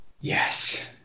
Yes